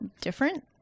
different